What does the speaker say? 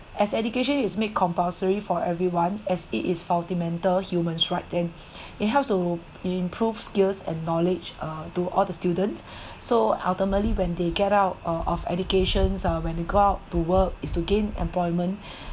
as education is made compulsory for everyone as it is fundamental humans right then it helps to improve skills and knowledge uh to all the students so ultimately when they get out uh of educations ah when you go out to work is to gain employment